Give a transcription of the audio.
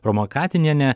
roma katiniene